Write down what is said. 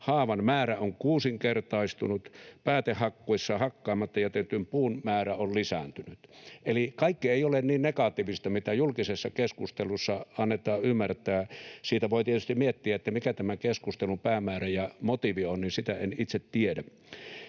haavan määrä on kuusinkertaistunut, päätehakkuissa hakkaamatta jätetyn puun määrä on lisääntynyt. Eli kaikki ei ole niin negatiivista kuin julkisessa keskustelussa annetaan ymmärtää. Sitä voi tietysti miettiä, mikä tämän keskustelun päämäärä ja motiivi on, sitä en itse tiedä.